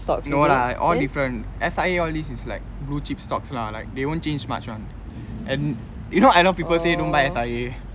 no lah all different S_I_A all these is like blue chip stocks lah like they won't change much [one] and you know a lot of people say don't buy S_I_A